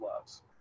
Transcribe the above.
loves